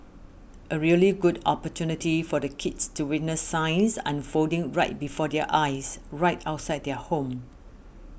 a really good opportunity for the kids to witness science unfolding right before their eyes right outside their home